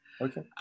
okay